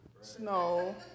snow